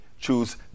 choose